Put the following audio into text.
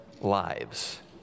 lives